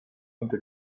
into